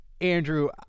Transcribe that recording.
Andrew